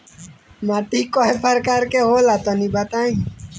माटी कै प्रकार के होला तनि बताई?